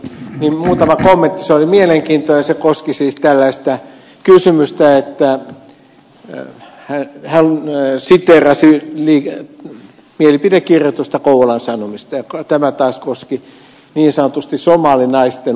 se oli mielenkiintoinen ja se koski siis sitä kun hän siteerasi mielipidekirjoitusta kouvolan sanomista ja tämä taas koski niin sanotusti somalinaisten uimatapoja